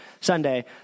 Sunday